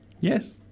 Yes